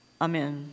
Amen